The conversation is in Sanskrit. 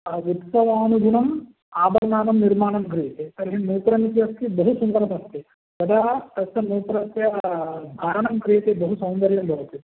उत्सवानुगुणम् आभरणानां निर्माणं क्रियते तर्हि नूतनमपि अस्ति बहु सुन्दरमस्ति यदा तस्य नूतनस्य धारणं क्रियते बहु सौन्दर्यं भवति